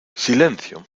silencio